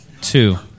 two